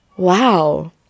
wow